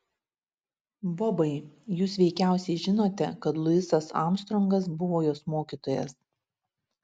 bobai jūs veikiausiai žinote kad luisas armstrongas buvo jos mokytojas